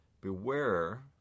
Beware